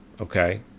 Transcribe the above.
Okay